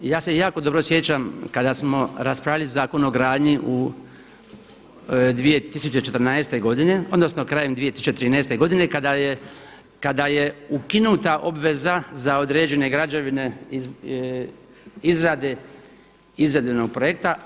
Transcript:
Ja se jako dobro sjećam kada smo raspravljali Zakon o gradnji u 2014. godine, odnosno krajem 2013. godine kada je ukinuta obveza za određene građevine izrade izvedbenog projekta.